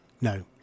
no